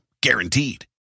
Guaranteed